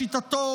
לשיטתו,